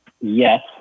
yes